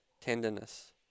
Tenderness